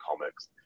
comics